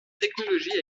technologie